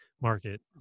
market